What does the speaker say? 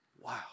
Wow